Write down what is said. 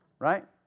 right